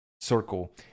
Circle